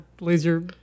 laser